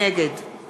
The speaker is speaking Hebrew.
נגד